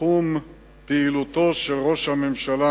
בתחום פעילותו של ראש הממשלה,